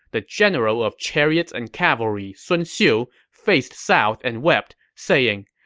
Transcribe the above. the general of chariots and cavalry, sun xiu, faced south and wept, saying,